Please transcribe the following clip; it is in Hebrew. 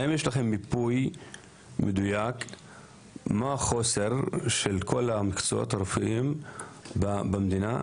האם יש לכם מיפוי מדויק מה החוסר של כל המקצועות הרפואיים במדינה?